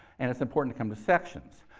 and it's important to come to sections.